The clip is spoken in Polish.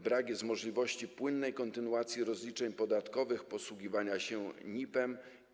Brak możliwości płynnej kontynuacji rozliczeń podatkowych i posługiwania się NIP-em.